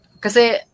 kasi